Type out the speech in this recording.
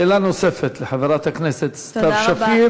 שאלה נוספת לחברת כנסת סתיו שפיר.